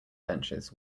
benches